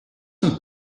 not